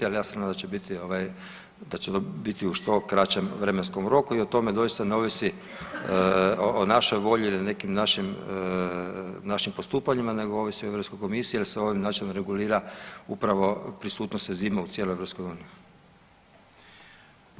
Ali ja se nadam da će to biti u što kraćem vremenskom roku i o tome doista ne ovisi o našoj volji ili nekim našim postupanjima, nego ovisi o Europskoj komisiji jer se ovim načinom regulira upravo prisutnost enzima u cijeloj Europskoj uniji.